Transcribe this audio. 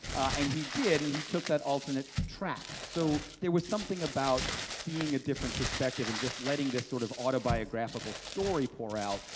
and he did and he took that alternate track, so there was something about seeing a different perspective and just letting this sort of autobiographical story pour out,